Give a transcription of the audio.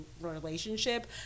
relationship